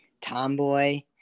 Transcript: tomboy